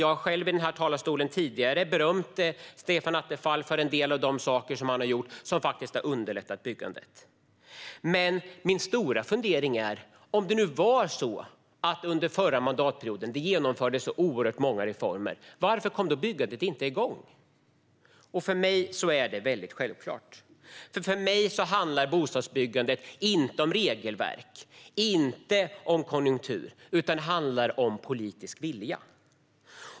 Jag har själv i denna talarstol tidigare berömt Stefan Attefall för en del av de saker han har gjort som har underlättat byggandet. Min stora fundering är dock: Om det nu var så att det under den förra mandatperioden genomfördes så oerhört många reformer, varför kom då byggandet inte igång? För mig är det självklart. För mig handlar bostadsbyggandet inte om regelverk eller om konjunktur utan om politisk vilja.